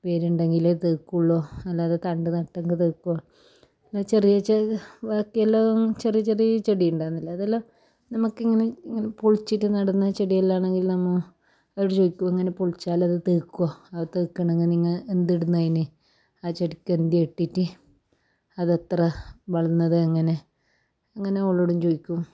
വേര് ഉണ്ടെങ്കിലേ തെഅ്ക്കുള്ളോ അല്ലാതെ തണ്ട് നട്ടെങ്കിൽ തെഅ്ക്കുവോ പിന്നെ ചെറിയ ചെറിയ ബാക്കിയെല്ലാം ചെറിയ ചെറിയ ചെടിണ്ടാന്നല്ലേ അതെല്ലാം നമുക്കിങ്ങനെ പൊളിച്ചിട്ട് നടുന്ന ചെടിയെല്ലാം ആണെങ്കിൽ നമ്മൾ അവരോട് ചോദിക്കും എങ്ങനെ പൊളിച്ചാലത് തെഅ്ക്വാ അത് തെഅ്ക്കണങ്കി നിങ്ങൾ എന്തിടെന്നെ അതിന് ആ ചെടിക്ക് എന്താണ് ഇട്ടിറ്റ് അത് അത്ര വളന്നത് എങ്ങനെ അങ്ങനെ ഓളോടും ചോദിക്കും